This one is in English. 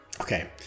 Okay